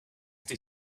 they